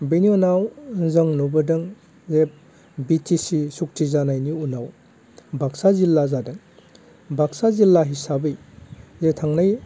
बिनि उनाव जों नुबोदों जे बिटिसि सुखथि जानायनि उनाव बाक्सा जिल्ला जादों बाक्सा जिल्ला हिसाबै जे थांनाय